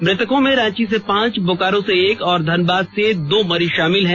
मृतकों में रांची से पांच बोकारो से एक और धनबाद से दो मरीज शामिल हैं